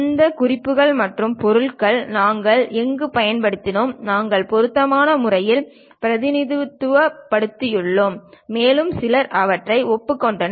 இந்த குறிப்புகள் மற்றும் பொருட்களை நாங்கள் எங்கு பயன்படுத்தினோம் நாங்கள் பொருத்தமான முறையில் பிரதிநிதித்துவப்படுத்தியுள்ளோம் மேலும் சிலர் அவற்றை ஒப்புக் கொண்டனர்